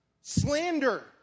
slander